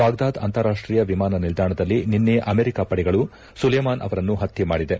Baghdad ಅಂತಾರಾಷ್ಟೀಯ ವಿಮಾನ ನಿಲ್ದಾಣದಲ್ಲಿ ನಿನ್ನೆ ಅಮೆರಿಕ ಪಡೆಗಳು ಸುಲೇಮಾನ್ ಅವರನ್ನು ಪತ್ತೆ ಮಾಡಿದೆ